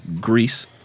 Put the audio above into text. Greece